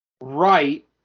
Right